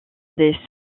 des